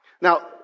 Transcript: Now